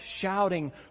shouting